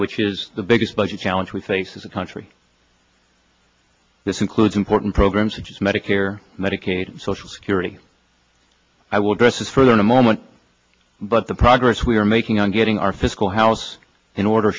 which is the biggest budget challenge we face as a country this includes important programs which is medicare medicaid social security i will address is further in a moment but the progress we are making on getting our fiscal house in order